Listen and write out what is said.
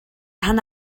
rhan